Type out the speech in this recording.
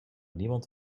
niemand